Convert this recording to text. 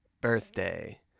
birthday